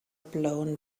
blown